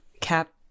Cap